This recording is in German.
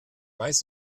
weiß